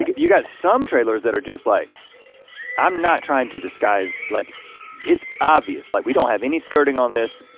you got some trailers that are just like i'm not trying to disguise, like it's obvious, like we don't have any skirting on this,